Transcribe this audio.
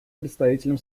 представителем